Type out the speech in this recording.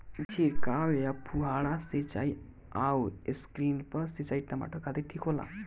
छिड़काव या फुहारा सिंचाई आउर स्प्रिंकलर सिंचाई टमाटर खातिर ठीक होला?